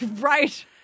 right